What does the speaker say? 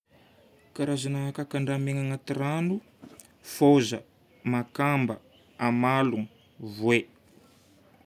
Karazagna kakan-draha miaigna agnaty rano: fôza, makamba, amalo, voay.